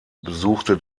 besuchte